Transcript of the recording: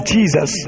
Jesus